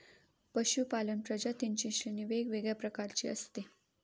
पशूपालन प्रजातींची श्रेणी वेगवेगळ्या प्रकारची असते